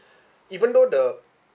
even though the